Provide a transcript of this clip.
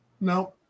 No